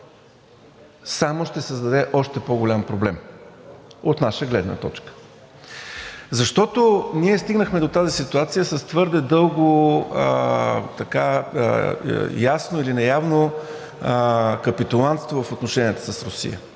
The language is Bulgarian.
само ще създаде още по-голям проблем, от наша гледна точка. Защото ние стигнахме до тази ситуация с твърде дълго явно или неявно капитулантство в отношенията с Русия.